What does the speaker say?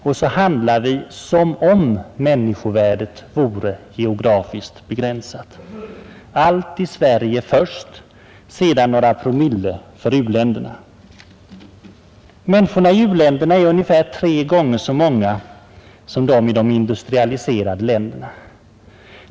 Och så handlar vi som om människovärdet vore geografiskt begränsat. Allt i Sverige först, sedan några promille för u-länderna. Människorna i u-länderna är ungefär tre gånger så många som de i de industrialiserade länderna.